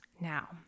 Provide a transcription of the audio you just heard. now